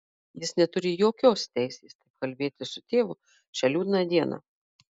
jis neturi jokios teisės taip kalbėti su tėvu šią liūdną dieną